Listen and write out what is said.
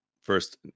First